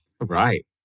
Right